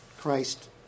Christ